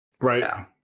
right